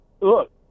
Look